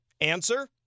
Answer